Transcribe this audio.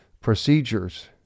Procedures